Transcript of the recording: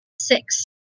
six